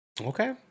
okay